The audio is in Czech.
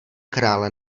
krále